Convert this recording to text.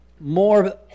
more